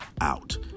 out